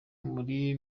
muri